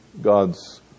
God's